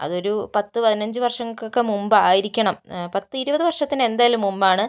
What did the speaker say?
അതൊരു പത്ത് പതിനഞ്ച് വർഷങ്ങൾക്കൊക്കെ മുമ്പായിരിക്കണം പത്ത് ഇരുപത് വർഷത്തിന് എന്തായാലും മുമ്പാണ്